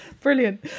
brilliant